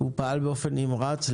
הוא פעל באופן נמרץ.